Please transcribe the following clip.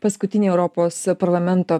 paskutinėj europos parlamento